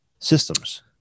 Systems